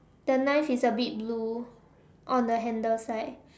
the knife is a bit blue on the handle side